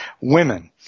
women